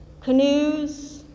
Canoes